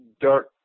dark